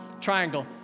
triangle